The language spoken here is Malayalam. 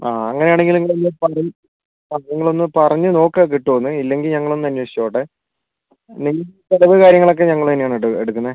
ആ അങ്ങനെ ആണെങ്കിൽ നിങ്ങൾ തന്നെ പറയൂ ആ നിങ്ങൾ ഒന്ന് പറഞ്ഞ് നോക്കുക കിട്ടുമോ എന്ന് ഇല്ലെങ്കിൽ ഞങ്ങൾ ഒന്ന് അന്വേഷിച്ച് നോക്കട്ടെ മെയിൻ സ്ഥലങ്ങൾ കാര്യങ്ങൾ ഒക്കെ ഞങ്ങൾ തന്നെയാണ് എടു എടുക്കുന്നത്